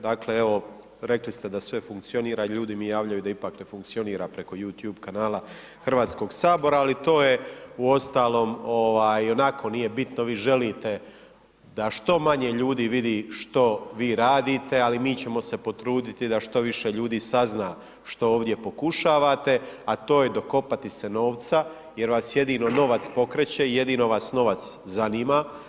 Dakle, evo, rekli ste da sve funkcionira, ljudi mi javljaju da ipak ne funkcionira preko Youtube kanala HS-a, ali to je, uostalom ionako nije bitno, vi želite da što manje ljudi vidi što vi radite, ali mi ćemo se potruditi da što više ljudi sazna što ovdje pokušavate, a to je dokopati se novca jer vas jedino novac pokreće i jedino vas novac zanima.